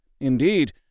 Indeed